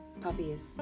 puppies